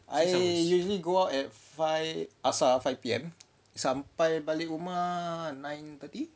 I usually go out at five asar five P_M sampai balik rumah nine thirty